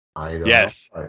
Yes